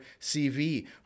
CV